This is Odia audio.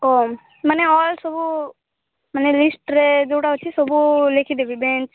କମ୍ ମାନେ ଅଲ୍ ସବୁ ମାନେ ଲିଷ୍ଟରେ ଯେଉଁଟା ସବୁ ଲେଖିଦେବି ବେଞ୍ଚ